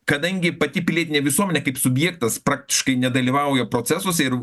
kadangi pati pilietinė visuomenė kaip subjektas praktiškai nedalyvauja procesuose ir